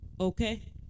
Okay